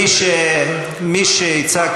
שישאלו שאלות